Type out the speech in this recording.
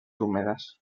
húmedas